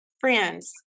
friends